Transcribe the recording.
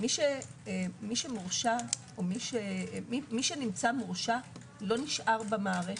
מי שנמצא מורשע, לא נשאר במערכת.